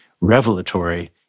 revelatory